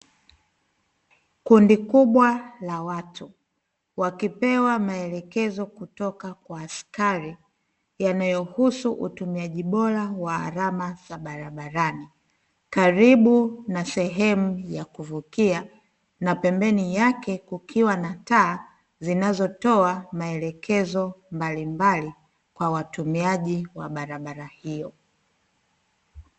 Kundi kubwa la watu wakipewa maelekezo kutoka kwa askari, yanayohusu utumiaji bora wa alama za barabarani, karibu na sehemu ya kuvukia na pembeni yake kukiwa na taa, zinazotoa maelekezo mbalimbali kwa watumiaji wa barabara hizo.